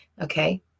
Okay